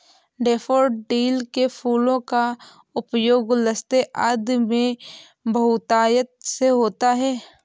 daffodil के फूलों का उपयोग गुलदस्ते आदि में बहुतायत से होता है